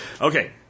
Okay